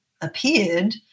appeared